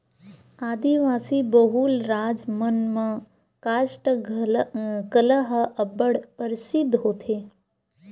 आदिवासी बहुल राज मन म कास्ठ कला ह अब्बड़ परसिद्ध होथे